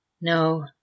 No